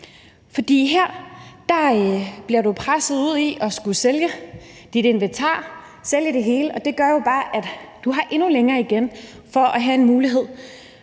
For her bliver du presset ud i at skulle sælge dit inventar, sælge det hele, og det gør jo bare, at du har endnu længere igen til af få en mulighed